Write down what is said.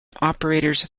operators